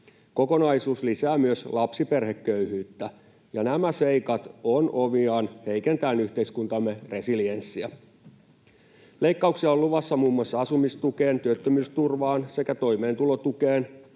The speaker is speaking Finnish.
Kokonaisuus lisää myös lapsiperheköyhyyttä, ja nämä seikat ovat omiaan heikentämään yhteiskuntamme resilienssiä. Leikkauksia on luvassa muun muassa asumistukeen, työttömyysturvaan sekä toimeentulotukeen.